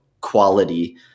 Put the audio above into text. quality